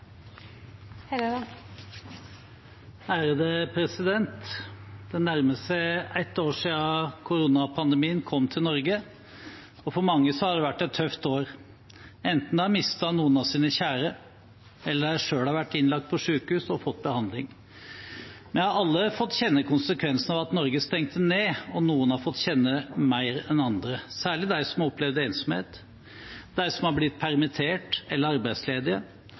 seg et år siden koronapandemien kom til Norge. For mange har det vært et tøft år, enten de har mistet noen av sine kjære, eller de selv har vært innlagt på sykehus og fått behandling. Vi har alle fått kjenne konsekvensene av at Norge stengte ned. Noen har fått kjenne det mer enn andre, særlig de som har opplevd ensomhet, og de som har blitt permittert eller arbeidsledige.